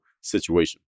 situation